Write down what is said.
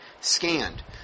scanned